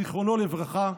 זכרו לברכה,